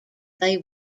they